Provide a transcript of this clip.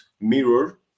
mirror